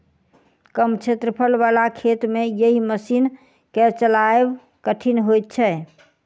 कम क्षेत्रफल बला खेत मे एहि मशीन के चलायब कठिन होइत छै